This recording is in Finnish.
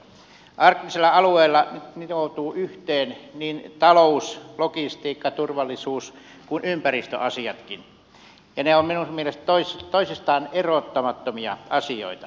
arktisella alueella nitoutuvat yhteen niin talous logistiikka turvallisuus kuin ympäristöasiatkin ja ne ovat minun mielestäni toisistaan erottamattomia asioita